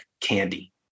candy